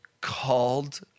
called